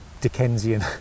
Dickensian